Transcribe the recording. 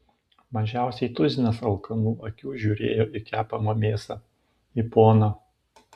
mažiausiai tuzinas alkanų akių žiūrėjo į kepamą mėsą į poną